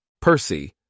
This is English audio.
Percy